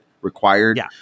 required